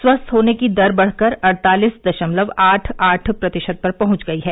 स्वस्थ होने की दर बढ़कर अड़तालीस दर्शमलव आठ आठ प्रतिशत पर पहुंच गई है